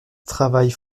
travaillent